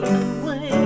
away